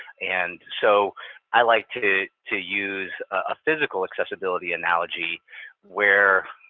and so i like to to use a physical accessibility analogy where,